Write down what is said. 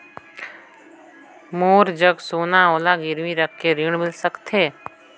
मोर जग सोना है ओला गिरवी रख के ऋण मिल सकथे?